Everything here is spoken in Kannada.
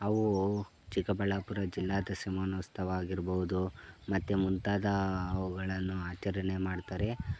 ಅವು ಚಿಕ್ಕಬಳ್ಳಾಪುರ ಜಿಲ್ಲಾ ದಶಮಾನೋತ್ಸವ ಆಗಿರ್ಬೋದು ಮತ್ತು ಮುಂತಾದ ಅವುಗಳನ್ನು ಆಚರಣೆ ಮಾಡ್ತಾರೆ